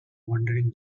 wandering